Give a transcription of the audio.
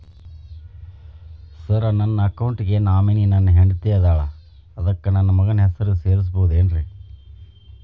Sir ನನ್ನ account ಗೆ nominee ನನ್ನ ಹೆಂಡ್ತಿ ಇದ್ದಾಳ ಅದಕ್ಕ ನನ್ನ ಮಗನ ಹೆಸರು ಸೇರಸಬಹುದೇನ್ರಿ?